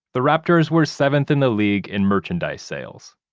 the raptors were seventh in the league in merchandise sales.